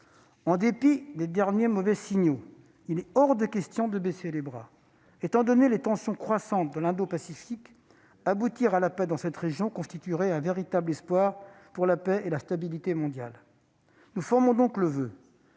En dépit des derniers mauvais signaux, il est hors de question de baisser les bras. Compte tenu des tensions croissantes dans l'Indo-Pacifique, aboutir à la paix dans cette région constituerait un véritable espoir pour la paix et la stabilité mondiales. Nous formons donc le voeu